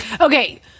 Okay